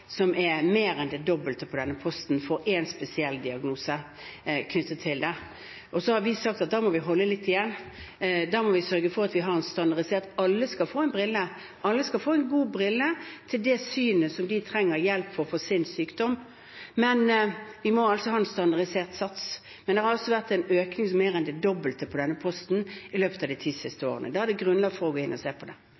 denne posten, knyttet til én spesiell diagnose. Da har vi sagt at vi må holde litt igjen. Vi må sørge for at vi har en standardisert sats. Alle skal få briller, alle skal få gode briller tilpasset synet sitt, og som hjelper dem med sykdommen sin, men vi må ha en standardisert sats. Det har altså vært mer enn en dobling av denne posten i løpet av de siste ti